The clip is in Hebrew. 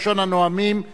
ראשון הנואמים,